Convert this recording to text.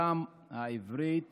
גם העברית